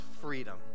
freedom